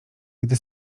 gdy